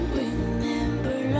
remember